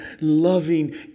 loving